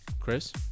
Chris